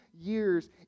years